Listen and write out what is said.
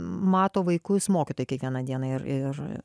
mato vaikus mokytojai kiekvieną dieną ir ir